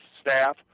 staff